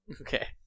Okay